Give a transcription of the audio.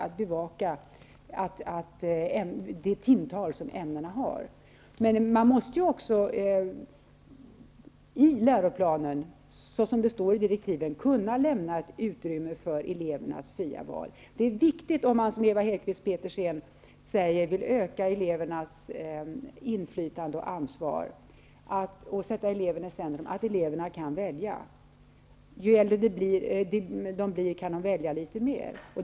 Som det står i direktiven, måste man i läroplanen kunna lämna ett utrymme för elevernas fria val. Om man, som Ewa Hedkvist Petersen, vill öka elevernas inflytande och ansvar, och sätta eleverna i centrum, är det viktigt att de själva får välja. Ju äldre de blir, desto mer får de välja själva.